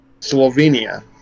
Slovenia